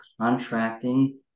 contracting